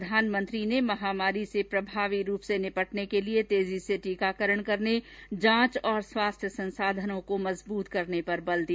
प्रधानमंत्री ने महामारी से प्रभावी रूप से निपटने के लिए तेजी से टीकाकरण करने जांच और स्वास्थ्य संसाधनों को मजबूत करने पर बल दिया